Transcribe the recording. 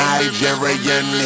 Nigerian